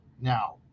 Now